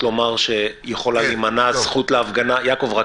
לומר שיכולה להימנע הזכות להפגנה הוא רק